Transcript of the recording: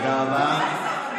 תודה רבה.